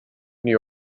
new